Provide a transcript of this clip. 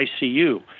ICU